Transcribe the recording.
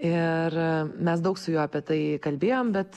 ir mes daug su juo apie tai kalbėjom bet